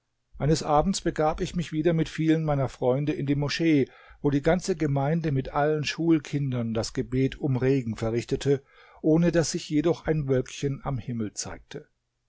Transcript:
eines abends begab ich mich wieder mit vielen meiner freunde in die moschee wo die ganze gemeinde mit allen schulkindern das gebet um regen verrichtete ohne daß jedoch sich ein wölkchen am himmel zeigte